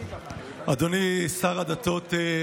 אדוני שר הדתות,